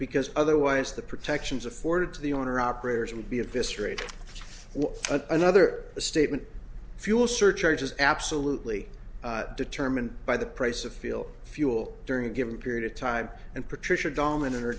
because otherwise the protections afforded to the owner operators would be eviscerated another statement fuel surcharge is absolutely determined by the price of field fuel during a given period of time and patricia dominant or